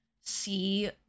see